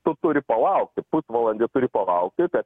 tu turi palaukti pusvalandį turi palaukti kad